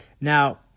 now